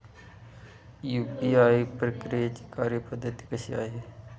UPI प्रक्रियेची कार्यपद्धती कशी आहे?